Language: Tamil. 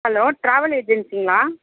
ஹலோ டிராவல் ஏஜென்சிங்களா